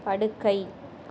படுக்கை